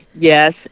Yes